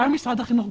גם עם משרד החינוך.